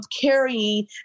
carrying